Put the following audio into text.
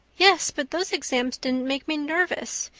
yes, but those exams didn't make me nervous.